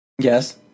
Yes